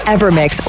Evermix